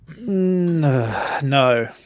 No